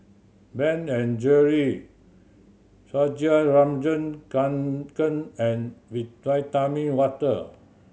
Ben and Jerry Fjallraven Kanken and Water